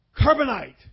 carbonite